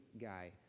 guy